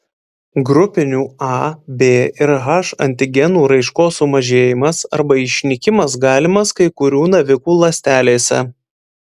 grupinių a b ir h antigenų raiškos sumažėjimas arba išnykimas galimas kai kurių navikų ląstelėse